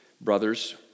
brothers